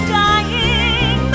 dying